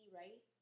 right